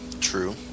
True